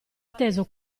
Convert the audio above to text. atteso